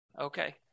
Okay